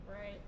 Right